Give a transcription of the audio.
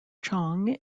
chong